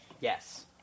Yes